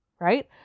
right